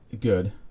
good